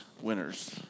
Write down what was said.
winners